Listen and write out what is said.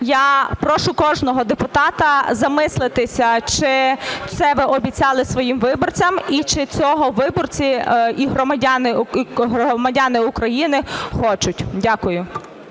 Я прошу кожного депутата замислитися: чи це ви обіцяли своїм виборцям і чи цього виборці і громадяни України хочуть. Дякую.